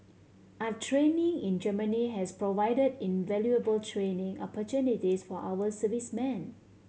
our training in Germany has provided invaluable training opportunities for our servicemen